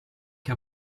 che